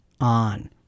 on